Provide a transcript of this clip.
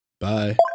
bye